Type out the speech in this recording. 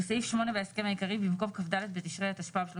בסעיף 8 בהסכם העיקרי במקום כ"ד בתשרי התשפ"ב 30